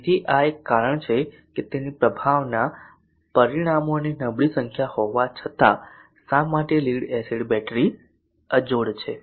તેથી આ એક કારણ છે કે તેની પ્રભાવના પરિમાણોની નબળી સંખ્યા હોવા છતાં શા માટે લીડ એસિડ બેટરી અજોડ છે